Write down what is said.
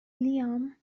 لیام